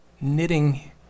knitting